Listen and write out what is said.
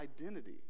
identity